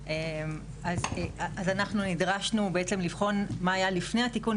אנחנו נדרשנו לבחון מה היה לפני התיקון.